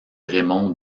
raymond